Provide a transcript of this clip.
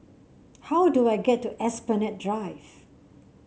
how do I get to Esplanade Drive